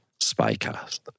SpyCast